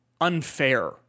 unfair